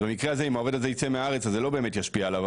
אז במקרה הזה אם העובד הזה יצא מהארץ אז זה לא באמת ישפיע עליו,